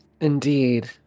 Indeed